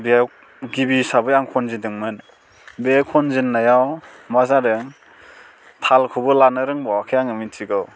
बेयाव गिबि हिसाबै आं खनजेनदोंमोन बे खनजेन्नायाव मा जादों तालखौबो लानो रोंबावाखै आं मिथिगौ